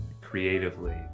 creatively